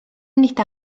nid